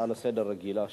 זו הצעה לסדר-היום רגילה שלי.